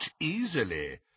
easily